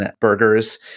burgers